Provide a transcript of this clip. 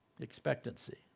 Expectancy